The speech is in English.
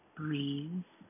breathe